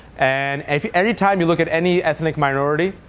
and any time you look at any ethnic minority,